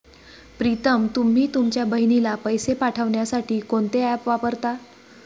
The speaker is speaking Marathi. प्रीतम तुम्ही तुमच्या बहिणीला पैसे पाठवण्यासाठी कोणते ऍप वापरता?